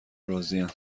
راضیم